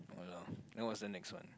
ya lor then what's the next one